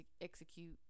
execute